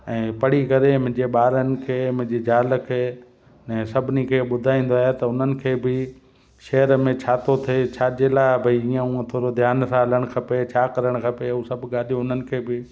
ऐं पढ़ी करे मुंहिंजे ॿारनि खे मुंहिंजी ज़ाल खे ऐं सभिनी खे ॿुधाईंदो आहियां त उन्हनि खे बि शहर में छा थो थिए छाजे लाइ भई ईअं हूंअं थोरो ध्यान सां हलण खपे छा करणु खपे हू सभु ॻाल्हियूं हुननि खे बि